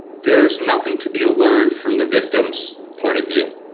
there is nothing to be learned from the victim's point of view.